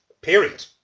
period